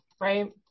right